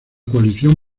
coalición